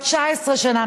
19 שנה,